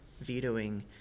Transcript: vetoing